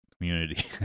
community